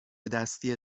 دستی